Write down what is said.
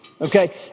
Okay